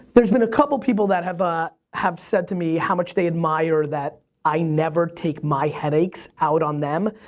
there's been a couple people that have have said to me how much they admire that i never take my headaches out on them.